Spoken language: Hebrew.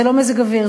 זה לא מזג אוויר,